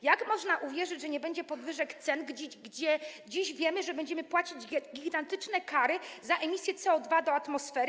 Jak można uwierzyć, że nie będzie podwyżek cen, kiedy dziś wiemy, że będziemy płacić gigantyczne kary za emisję CO2 do atmosfery?